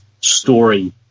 Story